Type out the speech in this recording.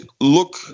look